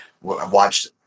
watched